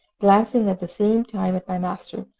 glancing at the same time at my master,